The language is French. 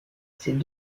ces